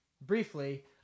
briefly